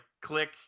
click